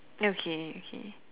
okay okay